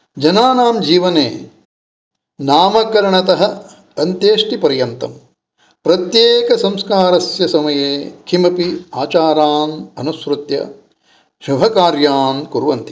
जनानां जीवने नामकरणतः अन्त्येष्टि पर्यन्तं प्रत्येकसंस्कारस्य समये किमपि आचारान् अनुसृत्य शुभकार्यान् कुर्वन्ति